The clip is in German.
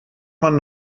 man